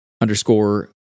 underscore